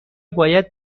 باید